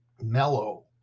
mellow